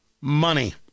money